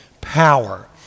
power